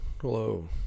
hello